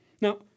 Now